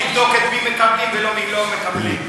תבדוק את מי מקבלים ואת מי לא מקבלים,